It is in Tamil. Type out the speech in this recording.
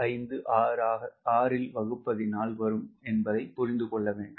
956 வகுப்பதினால் வரும் என்பதை புரிந்து கொள்ள வேண்டும்